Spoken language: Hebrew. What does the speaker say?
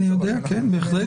אני יודע, בהחלט.